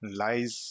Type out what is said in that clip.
lies